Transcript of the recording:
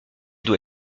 doit